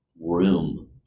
room